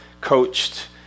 coached